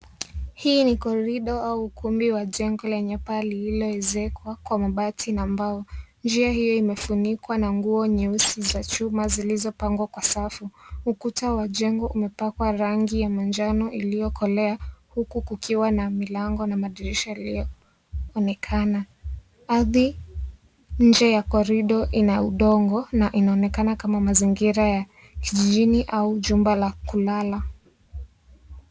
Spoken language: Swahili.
Hii ni korido au ukumbi wa jengo lenye paa lililo ezekwa kwa mabati na mbao. Njia hiyo imefunikwa na nguo nyeusi za chuma zilizopangwa kwa safu. Ukuta wa jengo umepakwa rangi ya manjano iliyokolea huku kukiwa na milango na madirisha yaliyoonekana. Ardhi nje ya korido ina udongo na inaonekana kama mazingira ya kijijini au jumba la kulala.